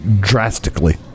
drastically